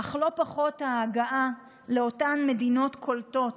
אך לא פחות הייתה ההגעה למדינות הקולטות